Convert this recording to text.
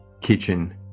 kitchen